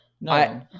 No